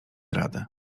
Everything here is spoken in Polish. radę